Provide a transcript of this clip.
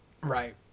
Right